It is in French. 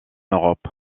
europe